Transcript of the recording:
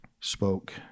spoke